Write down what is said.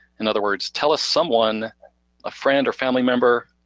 in other words, tell us someone a friend or family member,